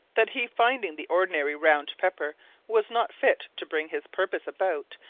that he finding the ordinary round pepper was not fit to bring his purpose about,